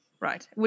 Right